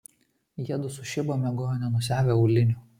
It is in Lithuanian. jiedu su šiba miegojo nenusiavę aulinių